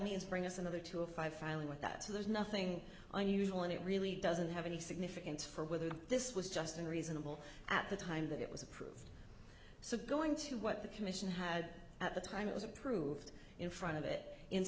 means bring us another two or five filing with that so there's nothing unusual in it really doesn't have any significance for with this was just in reasonable at the time that it was approved so going to what the commission had at the time it was approved in front of it in